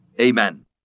Amen